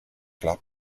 club